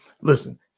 listen